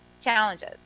challenges